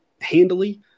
handily